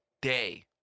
day